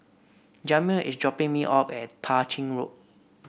Jamil is dropping me off at Tah Ching Road